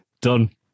Done